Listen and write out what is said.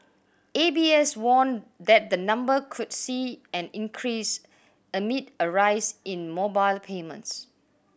A B S warned that the number could see an increase amid a rise in mobile payments